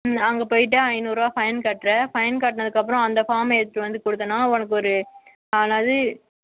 நீ அங்கே போயிட்டு ஐநூறு ரூபா ஃபைன் கட்டுற ஃபைன் கட்டினத்துக்கு அப்புறம் அந்த ஃபார்ம் எடுத்து வந்து கொடுத்தேனா உனக்கு ஒரு அதாவது